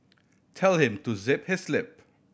tell him to zip his lip